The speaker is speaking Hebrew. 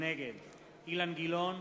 נגד אילן גילאון,